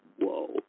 Whoa